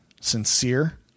sincere